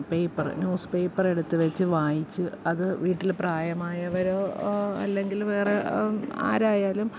paper news പേപ്പറെടുത്തു വെച്ച് വായിച്ച് അത് വീട്ടിൽ പ്രായമായവരോ അല്ലെങ്കിൽ വേറെ ആരായാലും